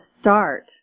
start